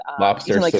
Lobster